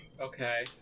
Okay